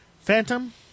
Phantom